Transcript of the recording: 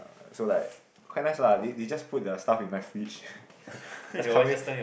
uh so like quite nice lah they they just put their stuff in my fridge ppo just come in